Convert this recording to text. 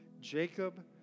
Jacob